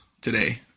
today